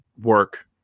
work